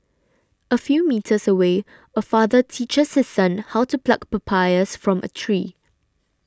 a few metres away a father teaches his son how to pluck papayas from a tree